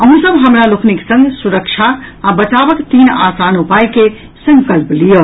अहूँ सब हमरा लोकनिक संग सुरक्षा आ बचावक तीन आसान उपायक संकल्प लियऽ